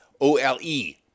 o-l-e